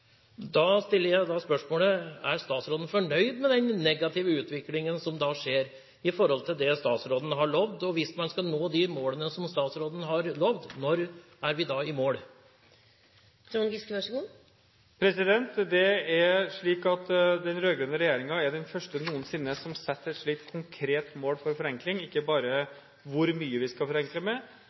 Da stiller jeg spørsmålene: Er statsråden fornøyd med den negative utviklingen som skjer, med tanke på det statsråden har lovet? Hvis man skal nå disse målene som statsråden har lovet, når er vi da i mål? Det er slik at den rød-grønne regjeringen er den første noensinne som setter et slikt konkret mål for forenkling – ikke bare hvor mye vi skal forenkle med,